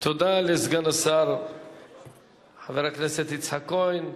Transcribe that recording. תודה לסגן השר חבר הכנסת יצחק כהן.